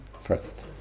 First